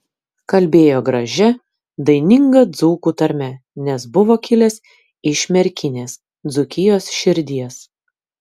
kalbėjo gražia daininga dzūkų tarme nes buvo kilęs iš merkinės dzūkijos širdies